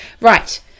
right